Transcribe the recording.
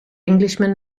englishman